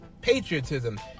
patriotism